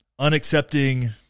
unaccepting